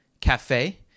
cafe